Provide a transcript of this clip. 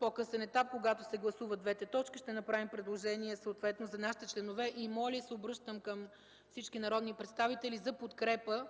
по-късен етап, когато се гласуват двете точки, ще направим предложение съответно за нашите членове. Моля и се обръщам към всички народни представители за подкрепа